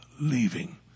leaving